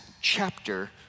chapter